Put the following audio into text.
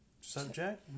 subject